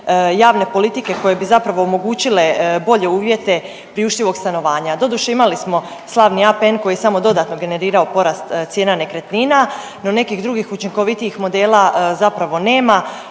javne politike koje bi zapravo omogućile bolje uvjete priuštivog stanovanja. Doduše imali smo slavni APN koji je samo dodatno generirao porast cijena nekretnina, no nekih drugih učinkovitijih modela zapravo nema.